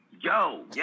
yo